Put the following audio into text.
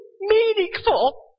meaningful